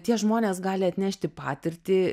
tie žmonės gali atnešti patirtį